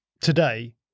today